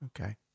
okay